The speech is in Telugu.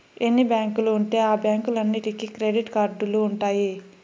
ఎన్ని బ్యాంకులు ఉంటే ఆ బ్యాంకులన్నీటికి క్రెడిట్ కార్డులు ఉంటాయి